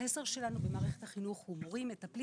החסר שלנו במערכת החינוך הוא במורים מטפלים